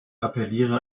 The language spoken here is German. appelliere